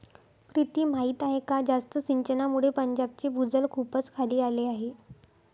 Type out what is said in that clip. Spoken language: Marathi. प्रीती माहीत आहे का जास्त सिंचनामुळे पंजाबचे भूजल खूपच खाली आले आहे